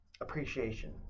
Appreciation